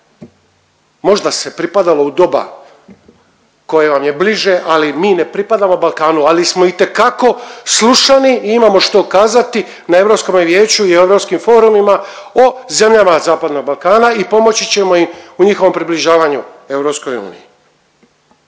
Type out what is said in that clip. Možda se pripadalo u doba koje vam je bliže, ali mi ne pripadamo Balkanu, ali smo itekako slušani i imamo što kazati na Europskome vijeću i europskim forumima o zemljama zapadnog Balkana i pomoći ćemo im u njihovom približavanju EU. Bilo je